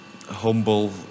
Humble